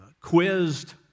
quizzed